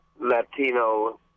Latino